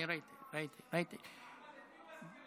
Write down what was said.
את מי הוא מזכיר